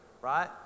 Right